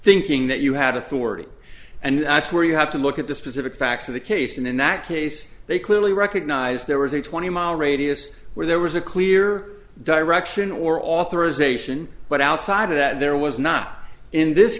thinking that you had authority and that's where you have to look at the specific facts of the case and in that case they clearly recognized there was a twenty mile radius where there was a clear direction or authorization but outside of that there was not in this